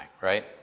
right